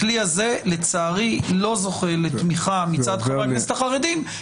הכלי הזה לצערי לא זוכה לתמיכה מצד חברי הכנסת החרדים,